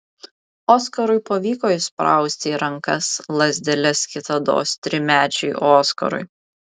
oskarui pavyko įsprausti į rankas lazdeles kitados trimečiui oskarui